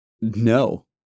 No